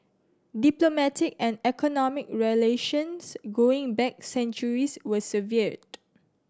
diplomatic and economic relations going back centuries were severed